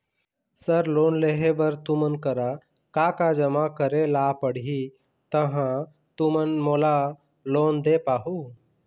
Sir loan लेहे बर तुमन करा का का जमा करें ला पड़ही तहाँ तुमन मोला लोन दे पाहुं?